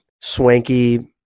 swanky